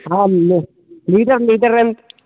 పాలు litre litre ఎం